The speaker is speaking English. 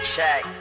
Check